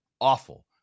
awful